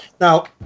Now